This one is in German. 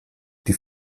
die